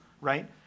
right